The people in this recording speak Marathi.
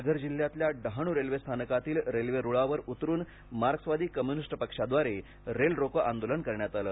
पालघर जिल्ह्यातल्या डहाणू रेल्वे स्थानकातील रेल्वे रुळावर उतरून मार्क्सवादी कम्यूनिस्ट पक्षाद्वारे रेल रोको आंदोलन करण्यात आलं